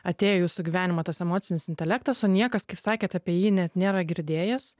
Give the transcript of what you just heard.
atėjo į jūsų gyvenimą tas emocinis intelektas o niekas kaip sakėt apie jį net nėra girdėjęs